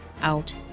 out